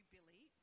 Billy